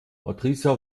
patricia